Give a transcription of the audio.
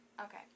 okay